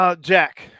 Jack